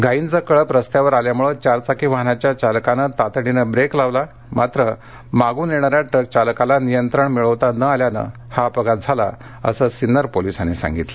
गायींचा कळप रस्त्यावर आल्यामुळे चारचाकी वाहनाच्या चालकानं तातडीनं ब्रेक लावला मात्र मागून येणाऱ्या ट्रक चालकाला नियंत्रण मिळविता नं आल्यानं हा अपघात झाला असं सिन्नर पोलिसांनी सांगितलं